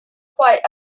quite